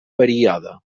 període